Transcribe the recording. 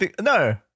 no